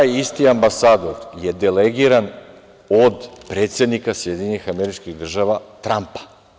Taj isti ambasador je delegiran od predsednika SAD Trampa.